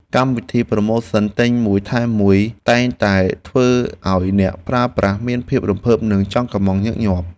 កម្មវិធីប្រូម៉ូសិនទិញមួយថែមមួយតែងតែធ្វើឱ្យអ្នកប្រើប្រាស់មានភាពរំភើបនិងចង់កុម្ម៉ង់ញឹកញាប់។